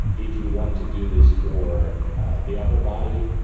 if you want to do this for the upper body,